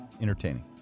entertaining